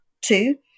two